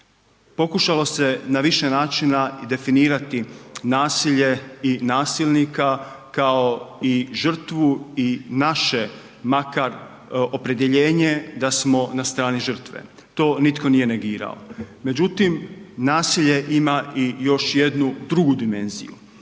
Pokušalo se na više načina i definirati nasilje i nasilnika kao i žrtvu i naše makar opredjeljenje da smo na strani žrtve. To nitko nije negirao. Međutim, nasilje ima i još jednu drugu dimenziju.